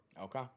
Okay